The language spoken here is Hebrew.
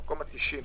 במקום ה-90,